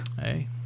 Hey